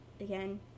again